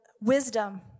wisdom